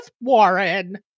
Warren